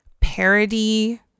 parody